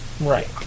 Right